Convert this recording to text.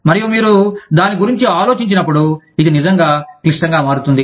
మరియు మీరు దాని గురించి ఆలోచించినప్పుడు ఇది నిజంగా క్లిష్టంగా మారుతుంది